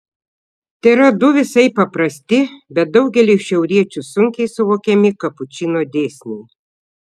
tėra du visai paprasti bet daugeliui šiauriečių sunkiai suvokiami kapučino dėsniai